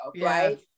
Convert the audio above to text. Right